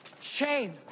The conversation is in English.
shame